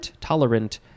tolerant